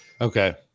Okay